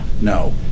No